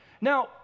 Now